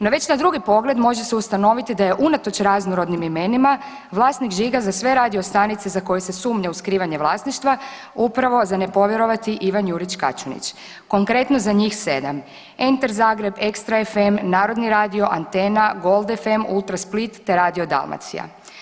Na već drugi pogled može se ustanoviti da je unatoč raznorodnim imenima vlasnik žiga za sve radiostanice za koje se sumnja u skrivanje vlasništva upravo za nepovjerovati Ivan Jurić Kaćunić, konkretno za njih 7, Enter Zagreb, Extra FM, Narodni radio, Antena, Gold FM, Ultra Split, te Radio Dalmacija.